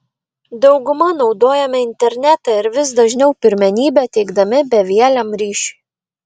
dauguma naudojame internetą ir vis dažniau pirmenybę teikdami bevieliam ryšiui